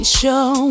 show